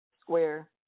square